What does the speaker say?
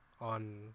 on